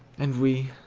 and we,